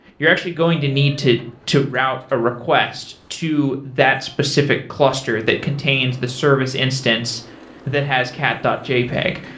you're actually going to need to to route a request to that specific cluster that contains the service instance that has cat ah jpeg.